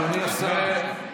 אדוני השר.